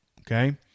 Okay